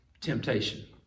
temptation